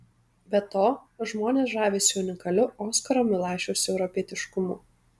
be to žmonės žavisi unikaliu oskaro milašiaus europietiškumu